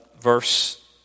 verse